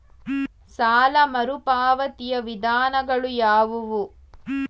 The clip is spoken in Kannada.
ಸಾಲ ಮರುಪಾವತಿಯ ವಿಧಾನಗಳು ಯಾವುವು?